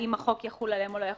האם החוק יחול עליהם או לא,